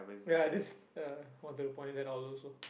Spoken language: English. ya this ya wanted to point that also